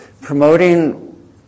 promoting